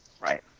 Right